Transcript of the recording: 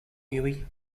hughie